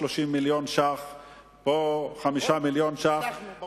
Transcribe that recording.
שאתה זוכר את המאבקים להעביר 30 מיליון שקל פה ו-5 מיליון שקל פה.